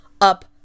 up